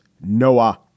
Noah